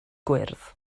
gwyrdd